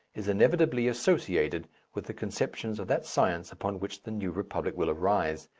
is inevitably associated with the conceptions of that science upon which the new republic will arise.